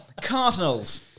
Cardinals